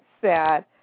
sad